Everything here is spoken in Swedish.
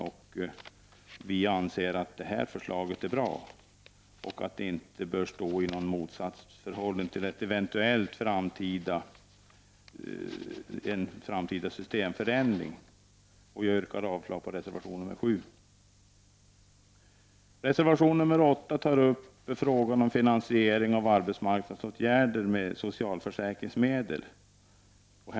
Utskottsmajoriteten anser att förslaget är bra och att det inte behöver stå i något motsatsförhållande till en eventuell framtida systemförändring. Jag yrkar avslag på reservation nr 7. I reservation nr 8 tas frågan om finansieringen av arbetsmarknadsåtgärder med socialförsäkringsmedel upp.